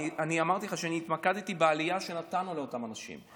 אמרתי לך שהתמקדתי בהעלאה שנתנו לאותם אנשים,